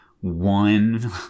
one